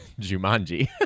Jumanji